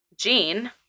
Gene